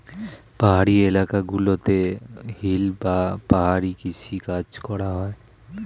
পাহাড়ি এলাকা গুলোতে হিল বা পাহাড়ি কৃষি কাজ করা হয়